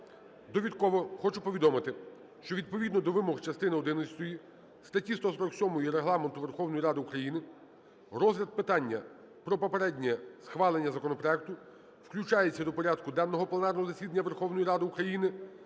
Довідково хочу повідомити, що відповідно до вимог частини одинадцятої статті 147 Регламенту Верховної Ради України розгляд питання про попереднє схвалення законопроекту включається до порядку денного пленарного засідання Верховної Ради України